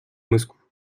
moscou